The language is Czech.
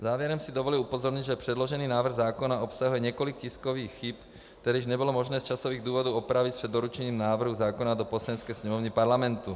Závěrem si dovoluji upozornit, že předložený návrh zákona obsahuje několik tiskových chyb, které nebylo možné z časových důvodů opravit před doručením návrhu zákona do Poslanecké sněmovny Parlamentu.